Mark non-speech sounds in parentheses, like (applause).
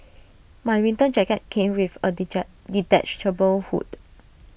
my winter jacket came with A (unintelligible) detachable hood